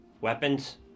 Weapons